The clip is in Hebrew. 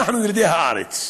אנחנו ילידי הארץ.